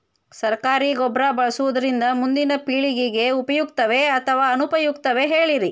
ಸರಕಾರಿ ಗೊಬ್ಬರ ಬಳಸುವುದರಿಂದ ಮುಂದಿನ ಪೇಳಿಗೆಗೆ ಉಪಯುಕ್ತವೇ ಅಥವಾ ಅನುಪಯುಕ್ತವೇ ಹೇಳಿರಿ